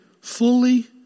fully